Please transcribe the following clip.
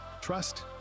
Trust